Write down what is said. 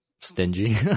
stingy